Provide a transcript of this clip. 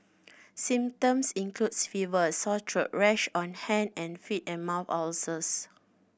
symptoms includes fever sore throat rash on hand and feet and mouth ulcers